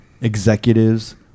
executives